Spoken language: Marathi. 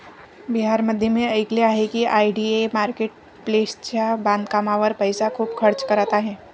बिहारमध्ये मी ऐकले आहे की आय.डी.ए मार्केट प्लेसच्या बांधकामावर खूप पैसा खर्च करत आहे